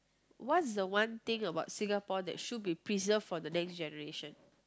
what's the one thing about Singapore that should be preserved for the next generation